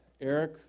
Eric